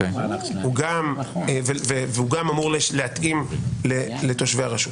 הוא גם אמור להתאים לתושבי הרשות,